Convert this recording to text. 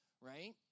right